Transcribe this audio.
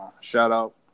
shout-out